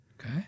Okay